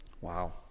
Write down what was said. Wow